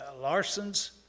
Larsons